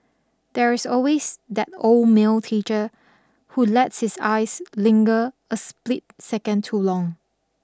there is always that old male teacher who lets his eyes linger a split second too long